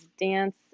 dance